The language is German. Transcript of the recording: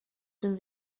dem